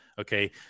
Okay